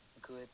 good